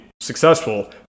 successful